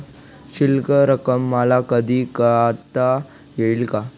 शिल्लक रक्कम मला कधी काढता येईल का?